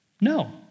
No